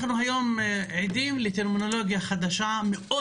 אנחנו היום עדים לטרמינולוגיה חדשה מאוד